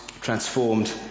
transformed